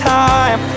time